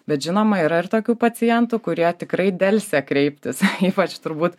bet žinoma yra ir tokių pacientų kurie tikrai delsia kreiptis ypač turbūt